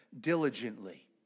diligently